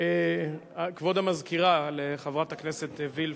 כבוד המזכירה, לחברת הכנסת וילף,